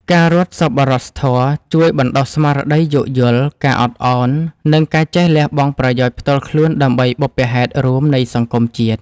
ការរត់សប្បុរសធម៌ជួយបណ្ដុះស្មារតីយោគយល់ ការអត់ឱន និងការចេះលះបង់ប្រយោជន៍ផ្ទាល់ខ្លួនដើម្បីបុព្វហេតុរួមនៃសង្គមជាតិ។